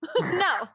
No